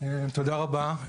תודה רבה.